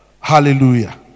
Hallelujah